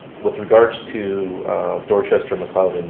with regards to dorchester, mcleod,